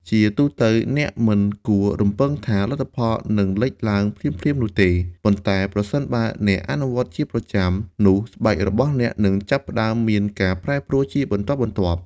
ជាទូទៅ អ្នកមិនគួររំពឹងថាលទ្ធផលនឹងលេចឡើងភ្លាមៗនោះទេ ប៉ុន្តែប្រសិនបើអ្នកអនុវត្តជាប្រចាំ នោះស្បែករបស់អ្នកនឹងចាប់ផ្តើមមានការប្រែប្រួលជាបន្តបន្ទាប់។